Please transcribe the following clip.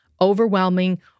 overwhelming